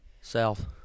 South